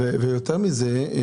יותר מזה.